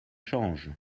change